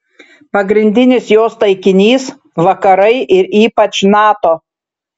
pagrindinis jos taikinys vakarai ir ypač nato